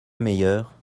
meilleure